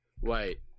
Wait